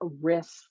risk